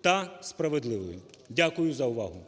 та справедливою. Дякую за увагу.